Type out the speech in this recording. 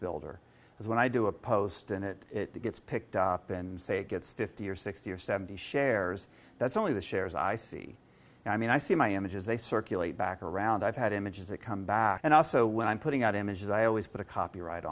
builder as when i do a post and it gets picked up and say gets fifty or sixty or seventy shares that's only the shares i see and i mean i see my images they circulate back around i've had images that come back and also when i'm putting out images i always put a copyright